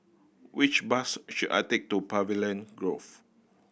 which bus should I take to Pavilion Grove